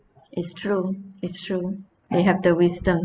it's true it's true they have the wisdom